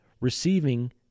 receiving